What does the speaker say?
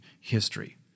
history